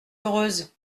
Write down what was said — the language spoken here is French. heureuse